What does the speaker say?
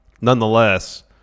Nonetheless